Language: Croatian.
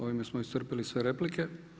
Ovime smo iscrpili sve replike.